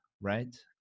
right